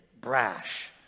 brash